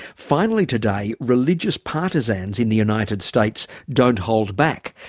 finally today, religious partisans in the united states don't hold back.